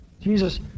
Jesus